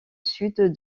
sud